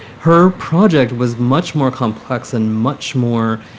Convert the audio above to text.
her project was much more complex and much more.